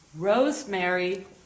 Rosemary